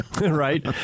Right